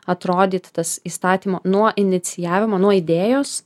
atrodyti tas įstatymo nuo inicijavimo nuo idėjos